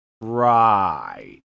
Right